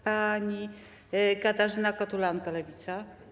Pani Katarzyna Kotula, Lewica.